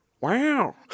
Wow